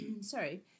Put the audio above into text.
Sorry